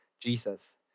Jesus